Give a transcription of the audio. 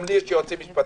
גם לי יש יועצים משפטיים,